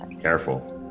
careful